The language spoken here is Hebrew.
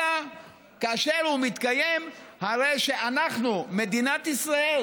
אלא כאשר הוא מתקיים הרי שאנחנו, מדינת ישראל,